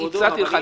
אני הצעתי לך.